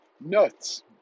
nuts